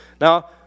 Now